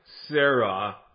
Sarah